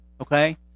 okay